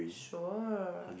sure